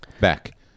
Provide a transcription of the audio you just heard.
back